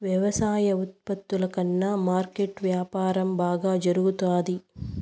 వ్యవసాయ ఉత్పత్తుల కన్నా మార్కెట్ వ్యాపారం బాగా జరుగుతాది